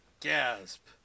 Gasp